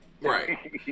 Right